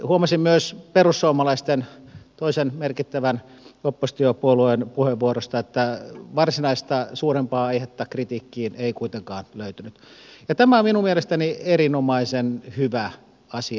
huomasin myös perussuomalaisten toisen merkittävän oppositiopuolueen puheenvuorosta että varsinaista suurempaa aihetta kritiikkiin ei kuitenkaan löytynyt ja tämä on minun mielestäni erinomaisen hyvä asia